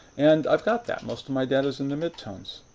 and i've got that most of my data's in the mid-tones.